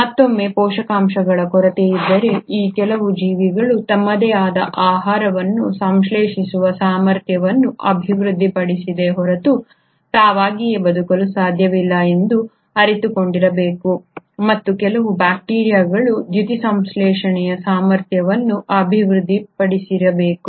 ಮತ್ತೊಮ್ಮೆ ಪೋಷಕಾಂಶಗಳ ಕೊರತೆಯಿದ್ದರೆ ಈ ಕೆಲವು ಜೀವಿಗಳು ತಮ್ಮದೇ ಆದ ಆಹಾರವನ್ನು ಸಂಶ್ಲೇಷಿಸುವ ಸಾಮರ್ಥ್ಯವನ್ನು ಅಭಿವೃದ್ಧಿಪಡಿಸದ ಹೊರತು ತಾವಾಗಿಯೇ ಬದುಕಲು ಸಾಧ್ಯವಿಲ್ಲ ಎಂದು ಅರಿತುಕೊಂಡಿರಬೇಕು ಮತ್ತು ಕೆಲವು ಬ್ಯಾಕ್ಟೀರಿಯಾಗಳು ದ್ಯುತಿಸಂಶ್ಲೇಷಣೆಯ ಸಾಮರ್ಥ್ಯವನ್ನು ಅಭಿವೃದ್ಧಿಪಡಿಸಿರಬೇಕು